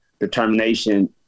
determination